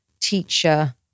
teacher-